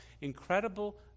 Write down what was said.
incredible